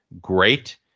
great